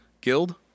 Guild